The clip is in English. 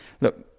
look